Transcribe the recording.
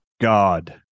God